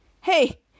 hey